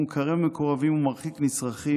והוא מקרב מקורבים ומרחיק נצרכים,